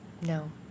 no